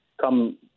come